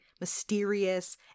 mysterious